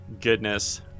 Goodness